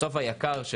בסוף היק"ר,